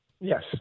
Yes